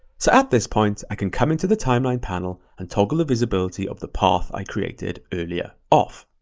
so at this point, i can come into the timeline panel and toggle the visibility of the path i created earlier off.